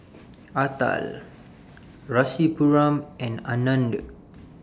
Atal Rasipuram and Anand